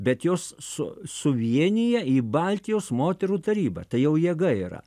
bet jos su suvienija į baltijos moterų tarybą tai jau jėga yra